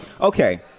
Okay